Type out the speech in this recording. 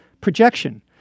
projection